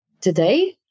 today